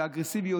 באגרסיביות,